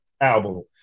album